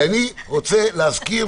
אני רוצה להזכיר,